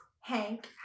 Hank